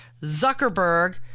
Zuckerberg